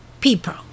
people